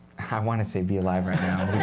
i want to say be alive right now,